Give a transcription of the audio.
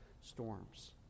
storms